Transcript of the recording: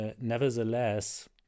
nevertheless